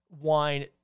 wine